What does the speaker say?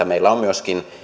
meillä on myöskin